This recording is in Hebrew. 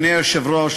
אדוני היושב-ראש,